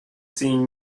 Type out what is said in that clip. seeing